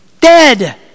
dead